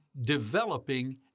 developing